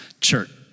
Church